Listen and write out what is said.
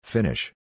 Finish